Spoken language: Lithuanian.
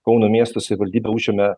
kauno miesto savivaldybė užėmė